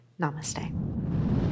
Namaste